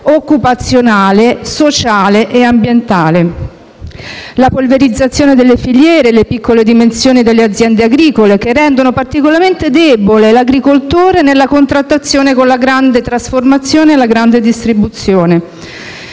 occupazionale, sociale e ambientale; la polverizzazione delle filiere, le piccole dimensioni delle aziende agricole, che rendono particolarmente debole l'agricoltore nella contrattazione con la grande trasformazione e la grande distribuzione;